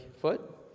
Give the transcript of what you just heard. foot